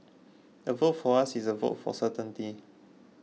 a vote for us is a vote for certainty